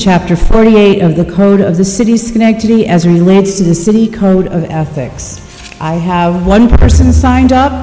chapter forty eight of the code of the city schenectady as he lands in the city code of ethics i have one person signed up